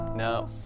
No